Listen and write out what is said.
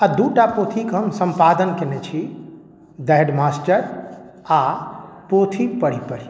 आ दूटा पोथीके हम सम्पादन कयने छी द हेडमास्टर आ पोथी पढ़ी पढ़ी